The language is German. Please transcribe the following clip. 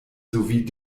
sowie